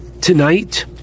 tonight